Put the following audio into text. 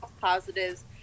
positives